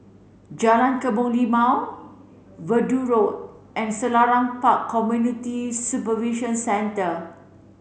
Jalan Kebun Limau Verdun Road and Selarang Park Community Supervision Centre